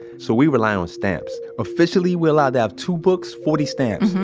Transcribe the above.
so we rely on stamps. officially, we're allowed to have two books. forty stamps.